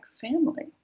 family